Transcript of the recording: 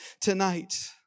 tonight